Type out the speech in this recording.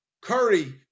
Curry